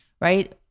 right